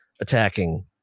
attacking